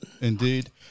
Indeed